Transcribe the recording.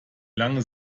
lange